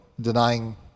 denying